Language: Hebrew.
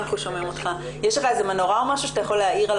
מה שאנחנו שואלים זו שאלה נורא לעניין.